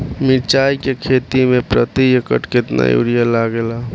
मिरचाई के खेती मे प्रति एकड़ केतना यूरिया लागे ला?